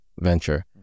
venture